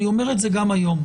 אני אומר את זה גם היום.